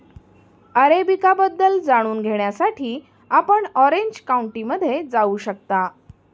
arabica बद्दल जाणून घेण्यासाठी आपण ऑरेंज काउंटीमध्ये जाऊ शकता